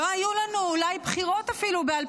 אולי לא היו לנו אפילו בחירות ב-2013,